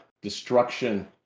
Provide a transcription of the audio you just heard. destruction